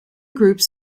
groups